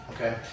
okay